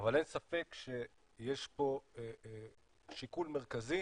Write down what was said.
אבל אין ספק שיש פה שיקול מרכזי